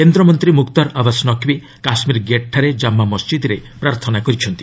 କେନ୍ଦ୍ରମନ୍ତ୍ରୀ ମୁକ୍ତାର ଆବାସ୍ ନକ୍ବୀ କାଶ୍ମୀର ଗେଟ୍ଠାରେ ଜାମା ମସ୍ଜିଦ୍ରେ ପ୍ରାର୍ଥନା କରିଛନ୍ତି